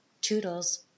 toodles